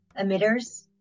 emitters